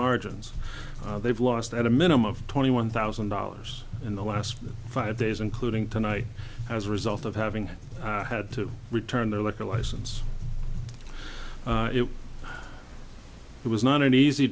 margins they've lost at a minimum of twenty one thousand dollars in the last five days including tonight as a result of having had to return their liquor license if it was not an easy